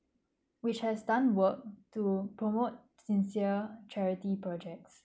which has done work to promote sincere charity projects